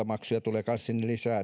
maksuja lisää